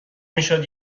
میشد